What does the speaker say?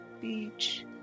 beach